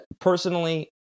Personally